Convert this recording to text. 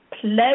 pleasure